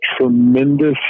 tremendous